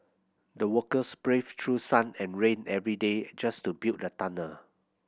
the workers braved through sun and rain every day just to build the tunnel